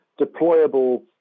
deployable